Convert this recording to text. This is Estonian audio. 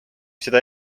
seda